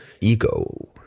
ego